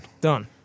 Done